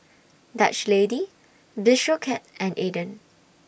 Dutch Lady Bistro Cat and Aden